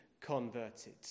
converted